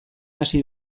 hasi